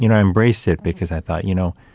you know i embraced it, because i thought, you know,